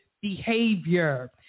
behavior